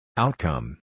Outcome